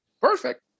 Perfect